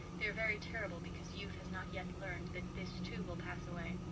they are very terrible because youth has not yet learned that this, too, will pass away.